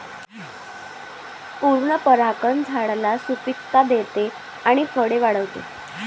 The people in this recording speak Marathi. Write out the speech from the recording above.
पूर्ण परागकण झाडाला सुपिकता देते आणि फळे वाढवते